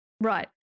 Right